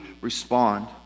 respond